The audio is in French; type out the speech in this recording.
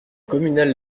communale